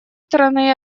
стороны